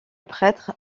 prêtre